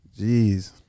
jeez